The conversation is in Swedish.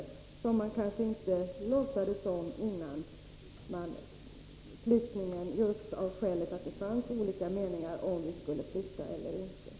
Det är problem som man kanske inte låtsades om före beslutet om flyttningen, just av det skälet att det fanns olika meningar om huruvida vi skulle flytta eller inte.